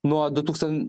nuo du tūkstan